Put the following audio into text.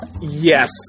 Yes